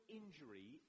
injury